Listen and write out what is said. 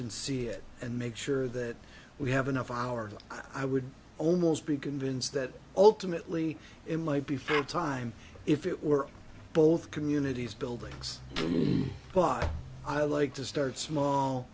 and see it and make sure that we have enough of our i would almost be convinced that ultimately it might be full time if it were both communities buildings but i like to start small